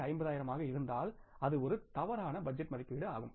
5 ஆக இருந்திருந்தால் அது ஒரு தவறான பட்ஜெட் மதிப்பீடாகும்